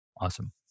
Awesome